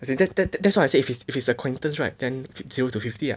as in that that that's why I said if it's if it's acquaintance right then zero to fifty ah